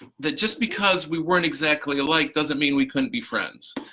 that just because we weren't exactly alike doesn't mean we couldn't be friends,